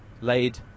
laid